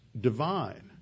divine